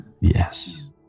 Yes